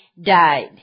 died